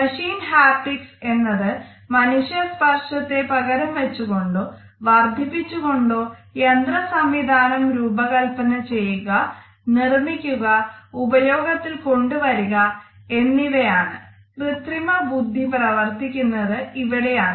machine haptics എന്നത് മനുഷ്യ സ്പർശത്തേ പകരം വെച്ച് കൊണ്ടോ വർധിപ്പിച്ചു കൊണ്ടോ യന്ത്ര സംവിധാനം രൂപകല്പന ചെയ്യുക നിർമ്മിക്കുക ഉപയോഗത്തിൽ കൊണ്ടുവരിക എന്നിവ ആണ് കൃത്രിമ ബുദ്ധി പ്രവർത്തിക്കുന്നത് ഇവിടെയാണ്